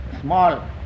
small